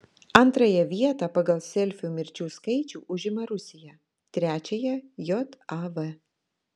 antrąją vietą pagal selfių mirčių skaičių užima rusija trečiąją jav